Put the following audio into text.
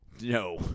No